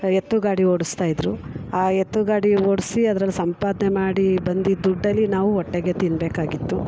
ಎತ್ತು ಗಾಡಿ ಓಡಿಸ್ತಾ ಇದ್ದರೂ ಆ ಎತ್ತು ಗಾಡಿ ಓಡಿಸಿ ಅದ್ರಲ್ಲಿ ಸಂಪಾದನೆ ಮಾಡಿ ಬಂದಿದ್ದ ದುಡ್ಡಲ್ಲಿ ನಾವು ಹೊಟ್ಟೆಗೆ ತಿನ್ನಬೇಕಾಗಿತ್ತು